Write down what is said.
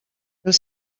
mil